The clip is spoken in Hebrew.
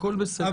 הכול בסדר גמור.